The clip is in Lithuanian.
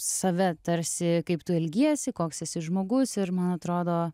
save tarsi kaip tu ilgiesi koks esi žmogus ir man atrodo